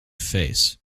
face